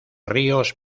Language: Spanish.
ríos